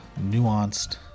nuanced